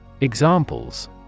Examples